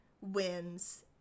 wins